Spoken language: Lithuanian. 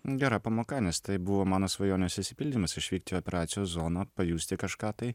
gera pamoka nes tai buvo mano svajonės išsipildymas išvykt į operacijos zoną pajusti kažką tai